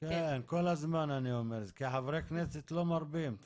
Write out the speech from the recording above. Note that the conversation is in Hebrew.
כן, כל הזמן אני אומר כי חברי הכנסת לא מרפים.